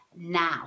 now